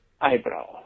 eyebrow